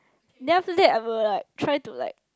then after that we'll like try to like